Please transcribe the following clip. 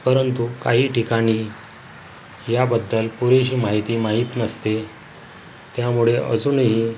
परंतु काही ठिकाणी याबद्दल पुरेशी माहिती माहीत नसते त्यामुळे अजूनही